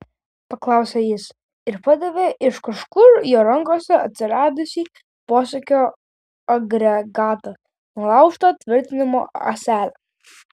paklausė jis ir padavė iš kažkur jo rankose atsiradusį posūkio agregatą nulaužta tvirtinimo ąsele